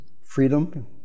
Freedom